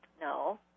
No